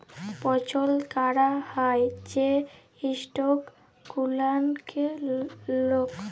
পছল্দ ক্যরা হ্যয় যে ইস্টক গুলানকে লক